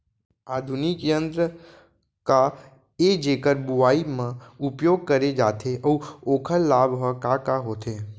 आधुनिक यंत्र का ए जेकर बुवाई म उपयोग करे जाथे अऊ ओखर लाभ ह का का होथे?